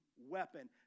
weapon